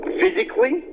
physically